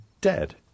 dead